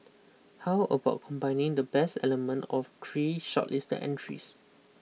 how about combining the best element of three shortlist entries